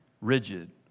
Rigid